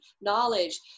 knowledge